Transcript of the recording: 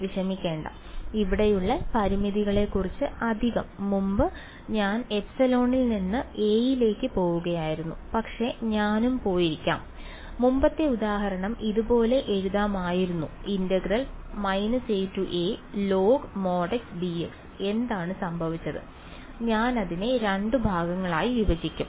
വിഷമിക്കേണ്ട ഇവിടെയുള്ള പരിമിതികളെക്കുറിച്ച് അധികം മുമ്പ് ഞാൻ ε ൽ നിന്ന് a ലേക്ക് പോകുകയായിരുന്നു പക്ഷേ ഞാനും പോയിരിക്കാം മുമ്പത്തെ ഉദാഹരണം ഇതുപോലെ എഴുതാമായിരുന്നു എന്താണ് സംഭവിച്ചത് ഞാൻ അതിനെ രണ്ട് ഭാഗങ്ങളായി വിഭജിക്കും